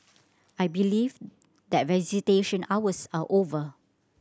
I believe that visitation hours are over